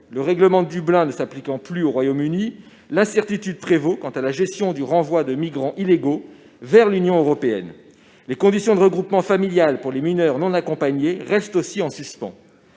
Le règlement de Dublin ne s'appliquant plus au Royaume-Uni, l'incertitude prévaut quant à la gestion du renvoi de migrants illégaux vers l'Union européenne. Les conditions de regroupement familial pour les mineurs non accompagnés restent aussi en suspens.